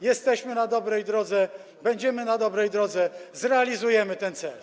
Jesteśmy na dobrej drodze, będziemy na dobrej drodze, zrealizujemy ten cel.